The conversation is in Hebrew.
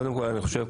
קודם כל אני חושב,